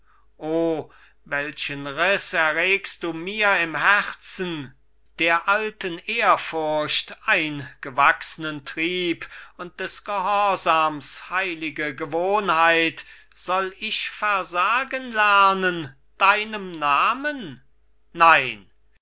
welchen riß erregst du mir im herzen der alten ehrfurcht eingewachsnen trieb und des gehorsams heilige gewohnheit soll ich versagen lernen deinem namen nein